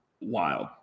wild